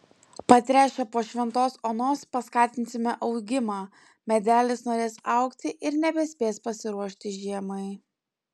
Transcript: patręšę po šventos onos paskatinsime augimą medelis norės augti ir nebespės pasiruošti žiemai